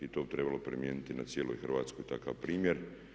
To bi trebalo primijeniti na cijeloj Hrvatskoj takav primjer.